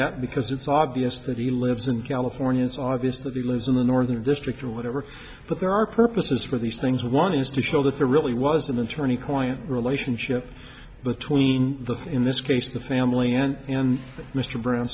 that because it's obvious that he lives in california it's obvious that he lives in the northern district or whatever but there are purposes for these things one is to show that there really was an internal point relationship between the in this case the family and mr brown